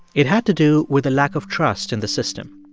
it had to do with a lack of trust in the system.